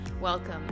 welcome